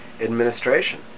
administration